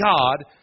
God